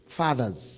fathers